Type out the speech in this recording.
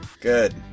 Good